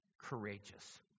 courageous